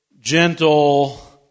gentle